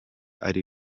ari